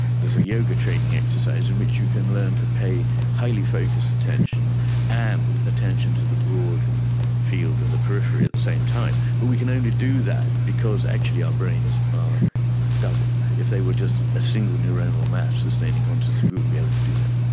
there's a yoga training exercise in which you can learn to pay highly focused attention and attention to the broad field and the periphery at the same time, but we can only do that because actually our brains are double. if they were just a single neuronal mass sustaining consciousness, we wouldn't be able to do that.